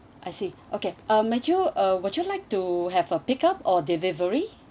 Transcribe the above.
I see okay uh might you uh would you like to have a pick up or delivery